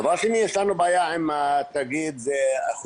דבר שני, יש לנו בעיה עם התאגיד, זה